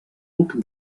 buc